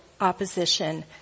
opposition